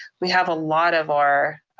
we have a lot of our